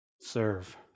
Serve